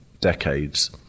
decades